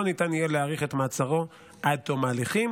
לא ניתן יהיה להאריך את מעצרו עד תום ההליכים.